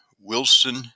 Wilson